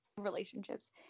relationships